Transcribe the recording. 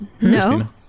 No